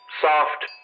Soft